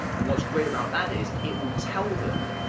and what's great about that is, it will tell them